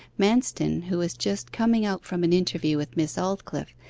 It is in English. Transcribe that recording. manston, who was just coming out from an interview with miss aldclyffe,